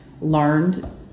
learned